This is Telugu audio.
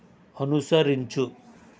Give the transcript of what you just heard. అనుసరించు